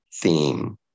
theme